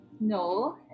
no